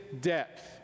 depth